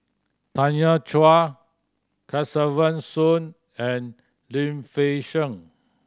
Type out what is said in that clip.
Tanya Chua Kesavan Soon and Lim Fei Shen